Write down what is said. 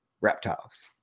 reptiles